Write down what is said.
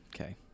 Okay